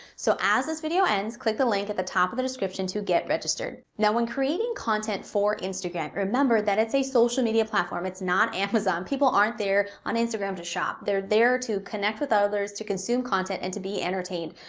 so as this video ends, click the link at the top of the description to get registered. now when creating content for instagram, remember that it's a social media platform. it's not amazon people aren't there on instagram to shop. they're there to connect with others, to consume content, and to be entertained.